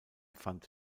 fand